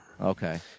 Okay